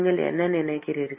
நீங்கள் என்ன நினைக்கறீர்கள்